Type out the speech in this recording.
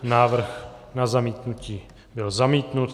Návrh na zamítnutí byl zamítnut.